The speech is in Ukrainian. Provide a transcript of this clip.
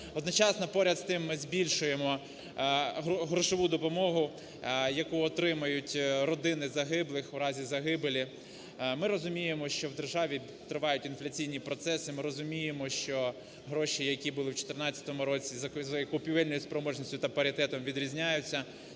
Одночасно, поряд з тим, ми збільшуємо грошову допомогу, яку отримають родини загиблих, в разі загибелі. Ми розуміємо, що в державі тривають інфляційні процеси, ми розуміємо, що гроші, які були в 14 році, за купівельною спроможністю та паритетом відрізняються